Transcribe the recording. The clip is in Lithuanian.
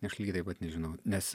aš lygiai taip pat nežinau nes